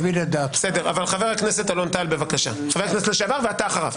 חבר הכנסת לשעבר טל ולאחריו